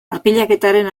arpilaketaren